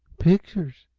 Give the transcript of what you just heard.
pictures,